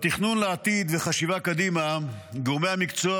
בתכנון לעתיד וחשיבה קדימה גורמי המקצוע